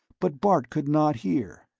but bart could not hear.